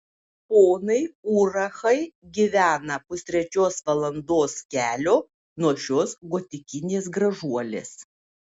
ponai urachai gyvena pustrečios valandos kelio nuo šios gotikinės gražuolės